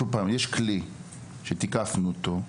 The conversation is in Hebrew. יש כלי שתיקפנו אותו.